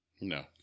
No